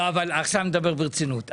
עכשיו אני מדבר ברצינות.